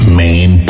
main